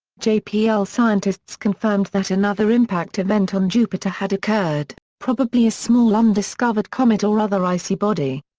jpl scientists confirmed that another impact event on jupiter had occurred, probably a small undiscovered comet or other icy body.